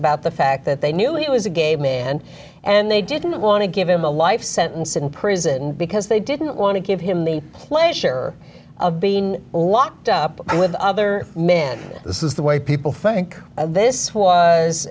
about the fact that they knew it was a gay man and they didn't want to give him a life sentence in prison because they didn't want to give him the pleasure of being locked up with other men this is the way people think this was